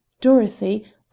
Dorothy